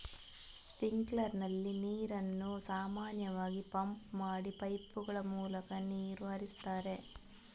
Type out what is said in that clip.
sprinkler ನಲ್ಲಿ ನೀರನ್ನು ಸಾಮಾನ್ಯವಾಗಿ ಪಂಪ್ ಮಾಡಿ ಪೈಪುಗಳ ಮೂಲಕ ನೀರು ಹರಿಸ್ತಾರೆ